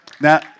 Now